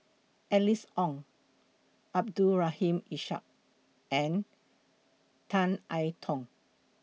Alice Ong Abdul Rahim Ishak and Tan I Tong